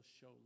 show